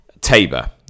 Tabor